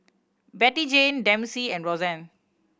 Bettyjane Dempsey and Roxann